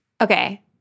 Okay